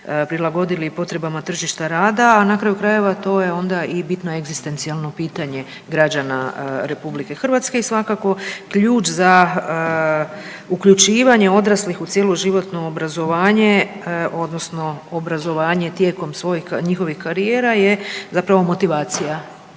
prilagodili potrebama tržišta rada, a na kraju krajeva to je onda i bitno egzistencijalno pitanje građana RH i svakako ključ za uključivanje odraslih u cjeloživotno obrazovanje odnosno obrazovanje tijekom svojih, njihovih karijera je zapravo motivacija.